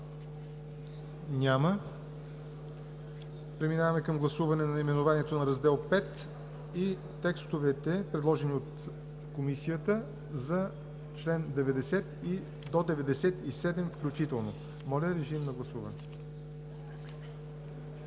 Няма. Преминаваме към гласуване на наименованието на Раздел V и текстовете, предложени от Комисията за чл. 90 – 97 включително. Моля, гласувайте.